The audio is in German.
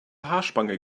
haarspange